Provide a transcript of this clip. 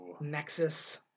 nexus